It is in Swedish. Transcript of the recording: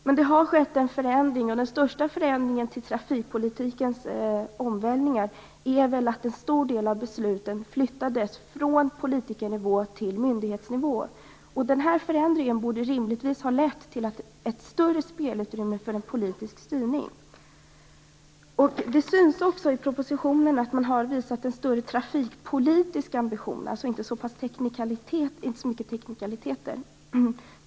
Men det har skett en förändring, och den största trafikpolitiska omvälvningen är väl att en stor del av besluten flyttats från politikernivå till myndighetsnivå. Den förändringen borde rimligtvis ha lett till ett större spelutrymme för en politisk styrning. Det syns också i propositionen att man har visat en större trafikpolitisk ambition, det är alltså inte så mycket teknikaliter.